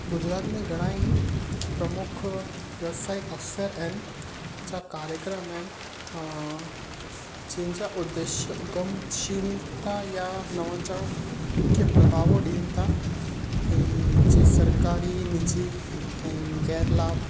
गुजरात में घणेई प्रमुख व्यवसायिक अफ़्सर आहिनि जा कार्यक्रम आहिनि जंहिं जा उद्देश्य उगमशिलता या नवचण खे बढ़ावो ॾियन था ऐं जीअं सरकारी निजी ऐं गैर लाभ